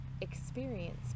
experience